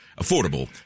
Affordable